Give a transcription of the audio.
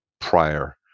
prior